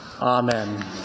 amen